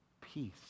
peace